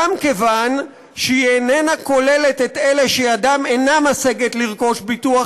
גם מכיוון שהיא איננה כוללת את אלה שידם אינה משגת לרכוש ביטוח